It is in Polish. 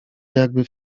jakby